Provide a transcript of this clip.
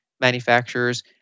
manufacturers